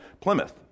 plymouth